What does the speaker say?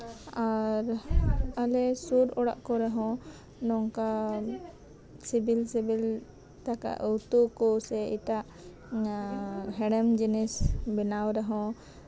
ᱟᱨ ᱟᱞᱮ ᱥᱩᱨ ᱚᱲᱟᱜ ᱠᱚᱨᱮ ᱦᱚᱸ ᱱᱚᱝᱠᱟ ᱥᱤᱵᱤᱞ ᱥᱤᱵᱤᱞ ᱫᱟᱠᱟ ᱩᱛᱩ ᱠᱚ ᱥᱮ ᱮᱴᱟᱜ ᱦᱮᱲᱮᱢ ᱡᱤᱱᱤᱥ ᱵᱮᱱᱟᱣ ᱨᱮᱦᱚᱸ ᱠᱚ ᱞᱟᱹᱭ ᱜᱮᱭᱟ